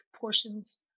portions